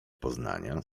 poznania